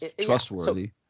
trustworthy